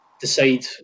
decide